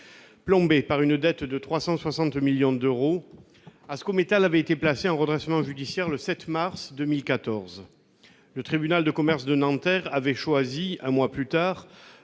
Plombé par une dette de 360 millions d'euros, le groupe Ascométal a été placé en redressement judiciaire le 7 mars 2014. Le tribunal de commerce de Nanterre a choisi un mois plus tard